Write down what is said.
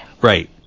Right